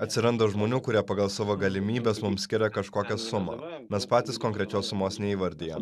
atsiranda žmonių kurie pagal savo galimybes mums skiria kažkokią sumą mes patys konkrečios sumos neįvardijam